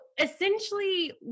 essentially